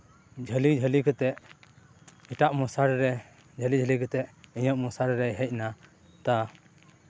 ᱡᱷᱟᱹᱞᱤ ᱡᱷᱟᱹᱞᱤ ᱠᱟᱛᱮᱫ ᱮᱴᱟᱜ ᱢᱚᱥᱟᱨᱤ ᱨᱮ ᱡᱷᱟᱹᱞᱤ ᱡᱷᱟᱹᱞᱤ ᱠᱟᱛᱮᱫ ᱤᱧᱟᱹᱜ ᱢᱚᱥᱟᱨᱤ ᱨᱮ ᱦᱮᱡ ᱱᱟ ᱛᱟ